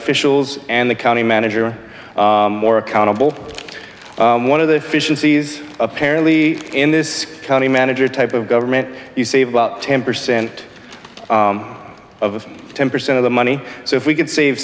officials and the county manager more accountable one of the official sees apparently in this county manager type of government you save about ten percent of ten percent of the money so if we could save